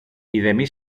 ειδεμή